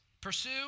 Pursue